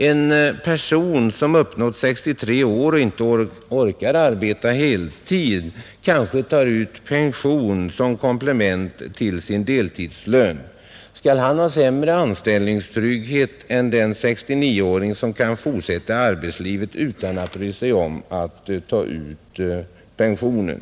En person som uppnått 63 års ålder och inte orkar arbeta heltid kanske tar ut pension som komplement till sin deltidslön. Skall han ha sämre anställningstrygghet än den 69-åring som kan fortsätta i arbetslivet utan att bry sig om att ta pensionen?